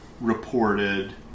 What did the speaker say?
reported